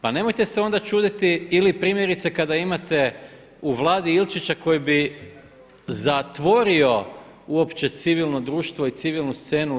Pa nemojte se onda čuditi ili primjerice kada imate u Vladi Ilčića koji bi zatvorio uopće civilno društvo i civilnu scenu u RH?